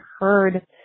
heard